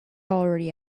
already